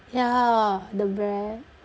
ya the bread